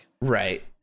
Right